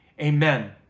amen